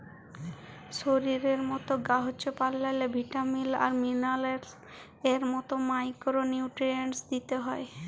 শরীরের মত গাহাচ পালাল্লে ভিটামিল আর মিলারেলস এর মত মাইকোরো নিউটিরিএন্টস দিতে হ্যয়